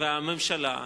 והממשלה,